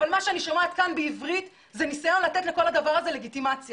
אבל מה שאני שומעת כאן בעברית זה ניסיון לתת לדבר הזה לגיטימציה.